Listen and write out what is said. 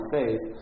faith